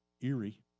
eerie